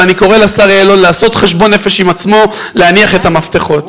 ואני קורא לשר יעלון לעשות חשבון נפש עם עצמו ולהניח את המפתחות.